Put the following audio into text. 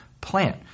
plant